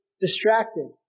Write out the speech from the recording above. distracted